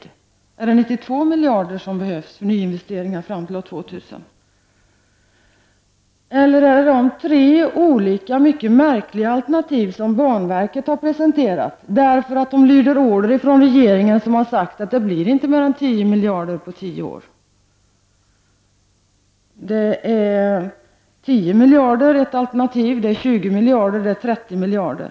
Är det alltså 92 miljarder som behövs för nyinvesteringar fram till år 2000? Eller är det de tre mycket märkliga alternativ som banverket har presenterat? Man lyder regeringens order. Regeringen har ju sagt att det inte blir mer än 10 miljarder på tio år. 10 miljarder är ett alternativ. Sedan är det 20 miljarder och 30 miljarder.